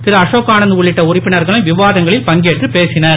திரு அசோக் ஆனந்த உள்ளிட்ட உறுப்பினர்களும் விவாதங்களில் பங்கேற்றுப் பேசினர்